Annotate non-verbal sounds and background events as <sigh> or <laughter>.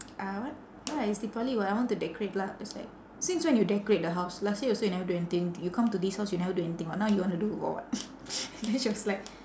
uh what why it's deepavali [what] I want to decorate lah I was like since when you decorate the house last year also you never do anything you come to this house you never do anything [what] now you want to do for what <laughs> and then she was like